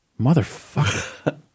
motherfucker